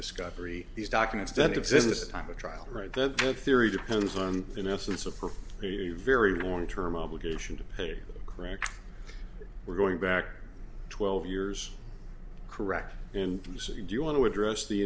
discovery these documents don't exist this time of trial right the theory depends on in essence a for a very long term obligation to pay correct we're going back to twelve years correct and so you want to address the